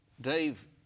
Dave